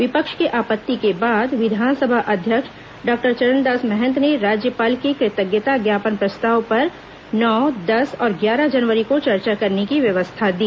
विपक्ष की आपत्ति के बाद विधानसभा अध्यक्ष डॉक्टर चरणदास महंत ने राज्यपाल के कृतज्ञता ज्ञापन प्रस्ताव पर नौ दस और ग्यारह जनवरी को चर्चा करने की व्यवस्था दी